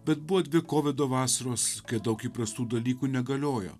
bet buvo dvi kovido vasaros daug įprastų dalykų negaliojo